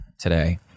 today